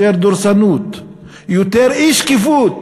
יותר דורסנות, יותר אי-שקיפות,